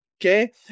Okay